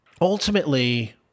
ultimately